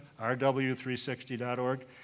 rw360.org